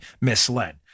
misled